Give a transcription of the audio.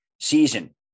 season